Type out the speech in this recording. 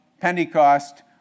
pentecost